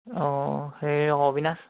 অঁ হেৰি আকৌ অবিনাশ